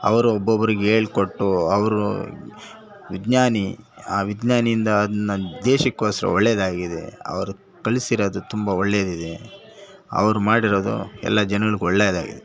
ಅವರು ಒಬ್ಬೊಬ್ರಿಗೆ ಹೇಳ್ಕೊಟ್ಟು ಅವರು ವಿಜ್ಞಾನಿ ಆ ವಿಜ್ಞಾನಿಯಿಂದ ಅದು ನನ್ನ ದೇಶಕ್ಕೋಸ್ರ ಒಳ್ಳೆದಾಗಿದೆ ಅವರು ಕಳ್ಸಿರೋದು ತುಂಬ ಒಳ್ಳೆದಿದೆ ಅವ್ರು ಮಾಡಿರೋದು ಎಲ್ಲ ಜನಗಳ್ಗೆ ಒಳ್ಳೆದಾಗಿದೆ